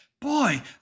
Boy